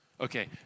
Okay